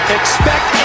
expect